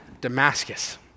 Damascus